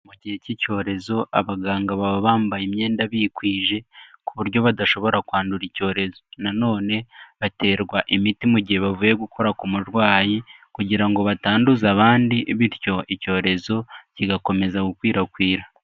Mu gihe cy'icyorezo abaganga baba bambaye imyenda bikwije ku buryo badashobora kwandura icyorezo, nanone baterwa imiti mu gihe bavuye gukora ku murwayi kugira ngo batanduza abandi, bityo icyorezo kigakomeza gukwirakwira.